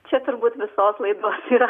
čia turbūt visos laidos yra